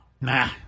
Nah